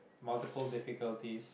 multiple difficulties